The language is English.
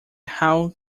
how